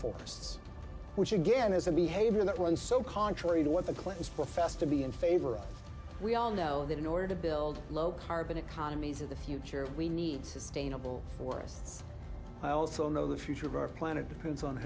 forests which again is a behavior that one so contrary to what the clintons professed to be in favor of we all know that in order to build a low carbon economy as in the future we need sustainable forests i also know the future of our planet depends on he